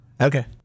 Okay